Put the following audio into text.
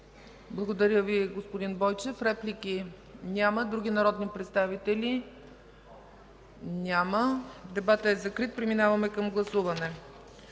Благодаря Ви, господин Енчев. Реплики? Няма. Други народни представители? Няма. Дебатът е закрит. Преминаваме към гласуване.